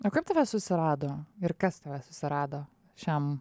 o kaip tave susirado ir kas tave susirado šiam